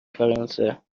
فرانسه